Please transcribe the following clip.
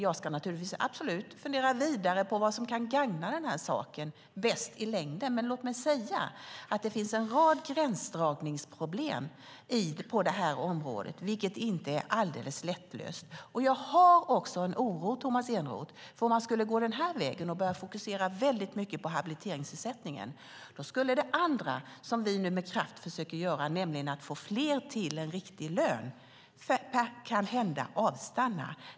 Jag ska naturligtvis fundera vidare på vad som kan gagna den här saken bäst i längden, men låt mig säga att det finns en rad gränsdragningsproblem på det här området som inte är alldeles lättlösta. Jag är också orolig för att om man skulle gå den här vägen, Tomas Eneroth, och börja fokusera väldigt mycket på habiliteringsersättning skulle det andra som vi nu med kraft försöker göra, nämligen att fler ska få en riktig lön, kanhända avstanna.